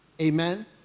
amen